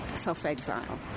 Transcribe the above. self-exile